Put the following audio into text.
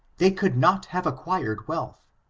they could not have acquired wealth,